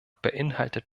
beinhaltet